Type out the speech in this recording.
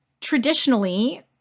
traditionally